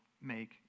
make